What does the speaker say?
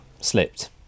slipped